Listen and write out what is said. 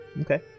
Okay